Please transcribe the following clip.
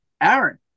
Aaron